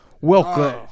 Welcome